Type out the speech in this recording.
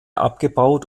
abgebaut